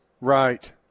Right